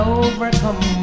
overcome